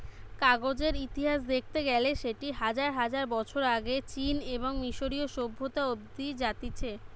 কাগজের ইতিহাস দেখতে গেইলে সেটি হাজার হাজার বছর আগে চীন এবং মিশরীয় সভ্যতা অব্দি জাতিছে